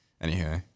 Anyhow